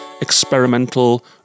experimental